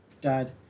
dad